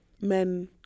men